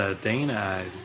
Dana